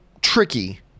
tricky